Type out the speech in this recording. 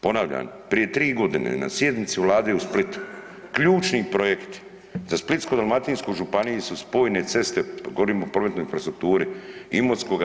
Ponavljam, prije 3 godine na sjednici Vlade u Splitu ključni projekti za Splitsko-dalmatinsku županiju su spojne ceste, govorim o prometnoj infrastrukturi, Imotskoga